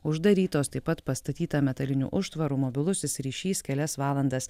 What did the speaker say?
uždarytos taip pat pastatyta metalinių užtvarų mobilusis ryšys kelias valandas